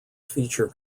feature